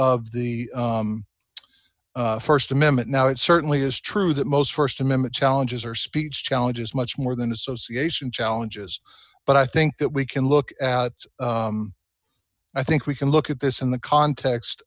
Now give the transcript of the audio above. the first amendment now it certainly is true that most st amendment challenges are speech challenges much more than association challenges but i think that we can look i think we can look at this in the context